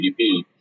GDP